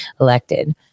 elected